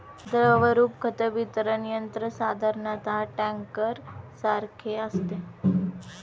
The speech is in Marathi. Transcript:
द्रवरूप खत वितरण यंत्र साधारणतः टँकरसारखे असते